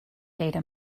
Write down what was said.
data